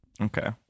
Okay